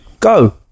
Go